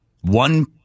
one